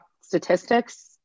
statistics